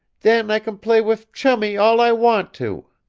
then i can play wiv chummie all i want to!